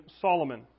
Solomon